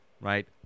right